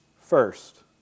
first